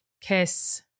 kiss